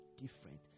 different